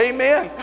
Amen